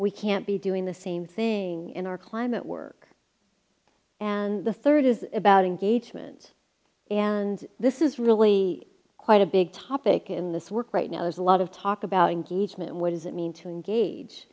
we can't be doing the same thing in our climate work and the third is about engagement and this is really quite a big topic in this work right now is a lot of talk about engagement what does it mean to engage